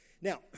Now